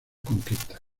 conquistas